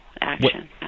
action